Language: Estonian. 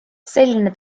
selline